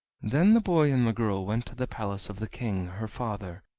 then the boy and the girl went to the palace of the king, her father,